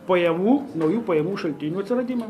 pajamų naujų pajamų šaltinių atsiradimą